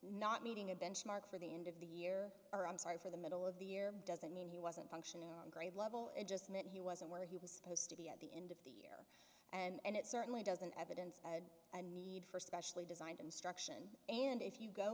not meeting a benchmark for the end of the year or i'm sorry for the middle of the year doesn't mean he wasn't functioning on grade level it just meant he wasn't where he was supposed to be at the and it certainly doesn't evidence a need for specially designed instruction and if you go